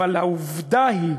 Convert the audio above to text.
אבל העובדה היא,